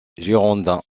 girondins